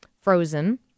frozen